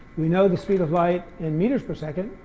we know the speed of light in meters per second,